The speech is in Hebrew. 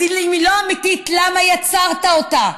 אז אם היא לא אמיתית, למה יצרת אותה?